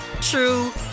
true